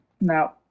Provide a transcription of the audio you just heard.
No